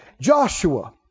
Joshua